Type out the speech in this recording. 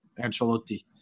Ancelotti